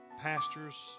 pastors